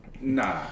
Nah